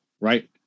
right